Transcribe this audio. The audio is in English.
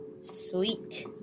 Sweet